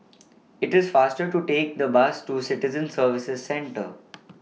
IT IS faster to Take The Bus to Citizen Services Centre